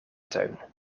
tuin